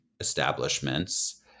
establishments